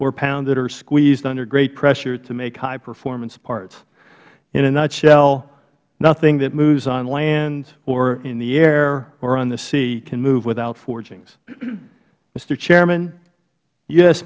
or pounded or squeezed under great pressure to make highperformance parts in a nutshell nothing that moves on land or in the air or on the sea can move without forgings mister chairman